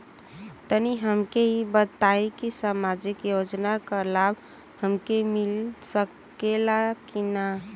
तनि हमके इ बताईं की सामाजिक योजना क लाभ हमके मिल सकेला की ना?